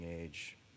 age